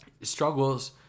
struggles